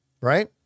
Right